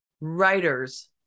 writers